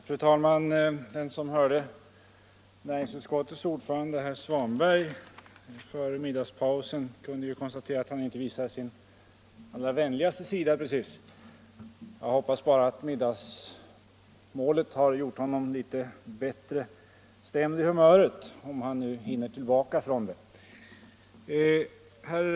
Fru talman! Den som hörde näringsutskottets ordförande herr Svanberg före middagspausen kunde konstatera att han inte visade sin allra vänligaste sida. Jag hoppas att middagsmålet gjort honom litet bättre stämd till humöret, om han nu hinner tillbaka från det innan den här replikomgången är över.